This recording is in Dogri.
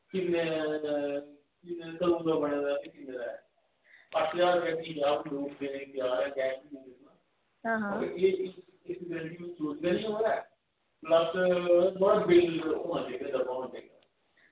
हां हां